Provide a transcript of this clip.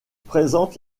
présente